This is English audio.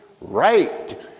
right